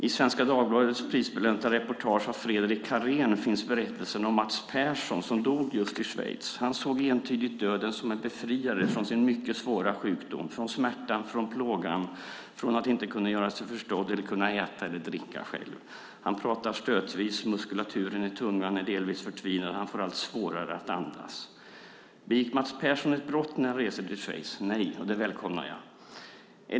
I Svenska Dagbladets prisbelönta reportage av Fredrik Karén finns berättelsen om Mats Persson som dog just i Schweiz. Han såg entydigt döden som en befriare från sin mycket svåra sjukdom - från smärtan, från plågan, från att inte kunna göra sig förstådd eller kunna äta eller dricka själv. Han pratar stötvis, muskulaturen i tungan är delvis förtvinad av sjukdomen, och han får allt svårare att andas. Begick Mats Persson ett brott när han reste till Schweiz? Nej - och det välkomnar jag.